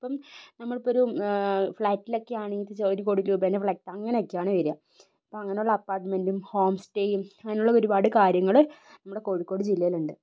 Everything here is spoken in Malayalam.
ഇപ്പം നമ്മളിപ്പം ഒരു ഫ്ലാറ്റിലിലൊക്കെ ആണെ ഒരു കോടി രൂപ തന്നെ അങ്ങനെയൊക്കെയാണ് വരിക അപ്പം അങ്ങനെയുള്ള അപ്പാർട്ട്മെൻന്റും ഹോം സ്റ്റേയും അങ്ങനെയുള്ള ഒരുപാട് കാര്യങ്ങൾ നമ്മുടെ കോഴിക്കോട് ജില്ലയിലുണ്ട്